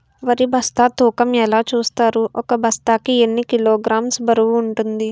వరి బస్తా తూకం ఎలా చూస్తారు? ఒక బస్తా కి ఎన్ని కిలోగ్రామ్స్ బరువు వుంటుంది?